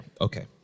Okay